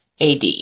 AD